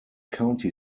county